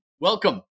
welcome